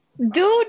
Dude